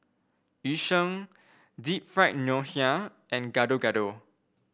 Yu Sheng Deep Fried Ngoh Hiang and Gado Gado